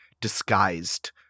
disguised